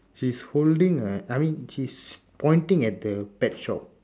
she's holding a I mean she's pointing at the pet shop